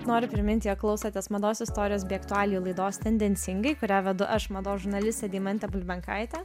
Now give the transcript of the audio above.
noriu priminti jog klausotės mados istorijos bei aktualijų laidos tendencingai kurią vedu aš mados žurnalistė deimantė bulbenkaitė